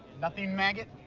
nothing, maggot?